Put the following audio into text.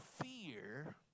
fear